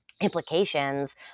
implications